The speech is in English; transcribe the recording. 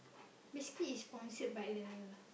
basically is sponsored by the